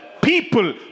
people